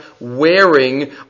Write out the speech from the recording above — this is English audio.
wearing